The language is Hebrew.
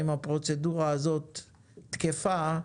האם הפרוצדורה הזאת תקפה,